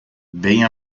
bem